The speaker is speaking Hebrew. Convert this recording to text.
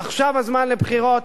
עכשיו הזמן לבחירות,